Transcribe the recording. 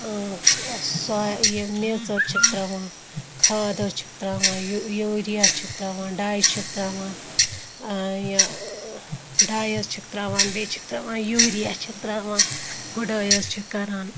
سۄ یہِ میٚژ حظ چھِ ترٛاوان کھاد حظ چھِکھ ترٛاوان یہِ یوٗریا چھِکھ ترٛاوان ڈَاے چھِکھ ترٛاوان یہِ ڈَاے حظ چھِکھ تراوان بیٚیہِ چھِکھ ترٛاوان یوٗریا چھِکھ ترٛاوان گُڈٲے حظ چھِکھ کَران